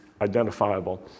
identifiable